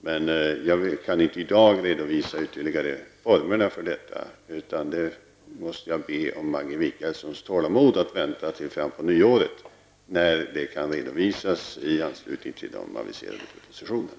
Men jag kan i dag inte ytterligare redovisa formerna för detta, utan jag måste be om Maggi Mikaelssons tålamod till fram på nyår, när detta kan redovisas i anslutning till de aviserade propositionerna.